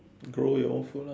grow your own food lah